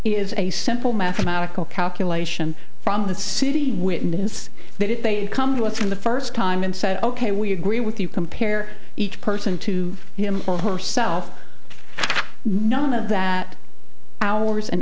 is a simple mathematical calculation from the city witness that if they come to us in the first time and said ok we agree with you compare each person to him or herself none of that hours an